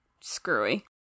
screwy